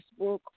Facebook